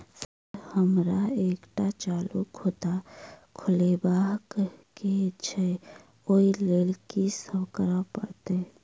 Sir हमरा एकटा चालू खाता खोलबाबह केँ छै ओई लेल की सब करऽ परतै?